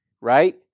Right